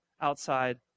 outside